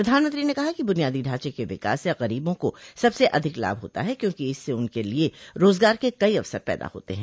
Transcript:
प्रधानमंत्री ने कहा कि बुनियादी ढांचे के विकास से गरीबा को सबसे अधिक लाभ होता है क्योंकि इससे उनके लिए रोजगार के कई अवसर पैदा होते है